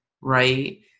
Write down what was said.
right